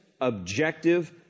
objective